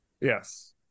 Yes